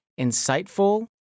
insightful